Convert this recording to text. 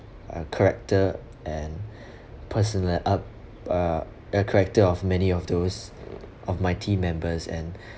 uh character and personal up~ uh a character of many of those of my team members and